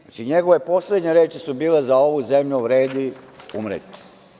Znači, njegove poslednje reči su bile: „Za ovu zemlju treba umreti“